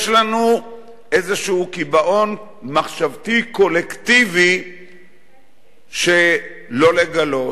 יש לנו איזה קיבעון מחשבתי קולקטיבי שלא לגלות,